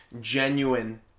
genuine